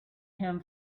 him